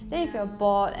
ya lor